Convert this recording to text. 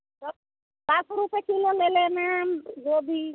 दस रुपये किलो ले लेना गोभी